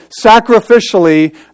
sacrificially